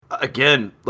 again